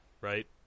right